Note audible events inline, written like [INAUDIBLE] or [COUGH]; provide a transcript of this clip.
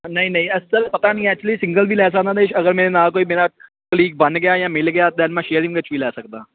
ਨਹੀਂ ਨਹੀਂ ਅਸਲ ਪਤਾ ਨਹੀਂ ਐਕਚੁਲੀ ਸਿੰਗਲ ਵੀ ਲੈ ਸਕਦਾ [UNINTELLIGIBLE] ਅਗਰ ਮੇਰੇ ਨਾਲ ਕੋਈ ਮੇਰਾ ਕਲੀਗ ਮੰਨ ਗਿਆ ਜਾਂ ਮਿਲ ਗਿਆ ਦੈਨ ਮੈਂ ਸ਼ੇਅਰਿੰਗ ਵਿੱਚ ਵੀ ਲੈ ਸਕਦਾ